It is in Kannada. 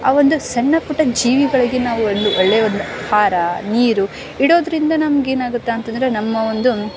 ಆ ಒಂದು ಸಣ್ಣ ಪುಟ್ಟ ಜೀವಿಗಳಿಗೆ ನಾವು ಒಂದು ಒಳ್ಳೆಯ ಒಂದು ಆಹಾರ ನೀರು ಇಡೋದರಿಂದ ನಮ್ಗೇನಾಗುತ್ತೆ ಅಂತಂದ್ರೆ ನಮ್ಮ ಒಂದು